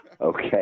okay